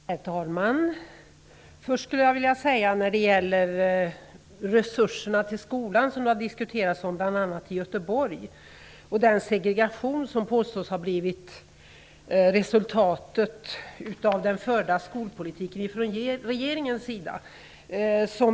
Herr talman! Först vill jag säga några ord om resurserna till skolan. Bl.a. har Göteborg diskuterats och den segregation som påstås ha blivit resultatet av den förda skolpolitiken från regeringens sida.